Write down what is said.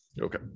Okay